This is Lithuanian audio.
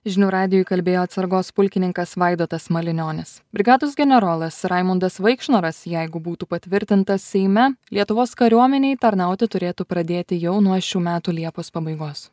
žinių radijui kalbėjo atsargos pulkininkas vaidotas malinionis brigados generolas raimundas vaikšnoras jeigu būtų patvirtintas seime lietuvos kariuomenei tarnauti turėtų pradėti jau nuo šių metų liepos pabaigos